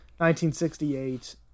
1968